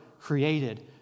created